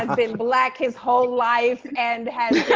um been black his whole life. and